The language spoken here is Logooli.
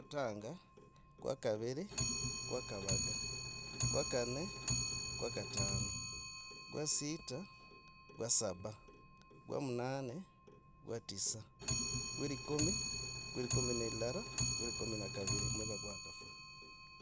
Katanga kwa kaveri. kwa kovaga. kwa kanne. kwa katano. kwa sita. kwa saba. kwa munane. kwa tisa kwa likumi. kwa likumi na lilala, kwa likumi na kaveri mwikakwa kafwa.